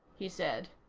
he said.